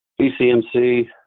BCMC